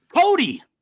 Cody